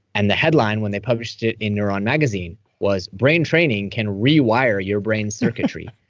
and the headline when they published it in neuron magazine was brain training can rewire your brain circuitry.